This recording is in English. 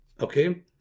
okay